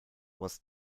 was